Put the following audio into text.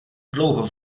dlouho